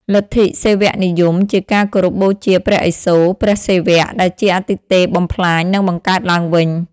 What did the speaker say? លទ្ធិសិវនិយមជាការគោរពបូជាព្រះឥសូរ (ព្រះសិវៈ) ដែលជាអាទិទេពបំផ្លាញ និងបង្កើតឡើងវិញ។